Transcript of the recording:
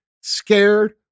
scared